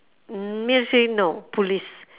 mm me I say no police